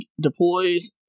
deploys